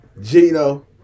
Gino